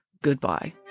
Goodbye